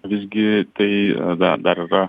visgi tai dar dar yra